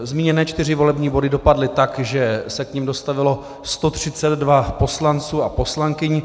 Zmíněné čtyři volební body dopadly tak, že se k nim dostavilo 132 poslanců a poslankyň.